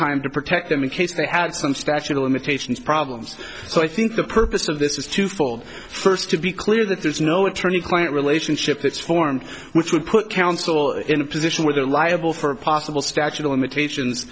time to protect them in case they had some statute of limitations problems so i think the purpose of this is twofold first to be clear that there's no attorney client relationship that's formed which would put council in a position where they're liable for a possible statute of limitations